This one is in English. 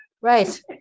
right